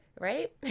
right